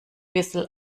bisserl